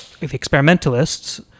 experimentalists